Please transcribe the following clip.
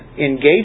engage